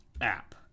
app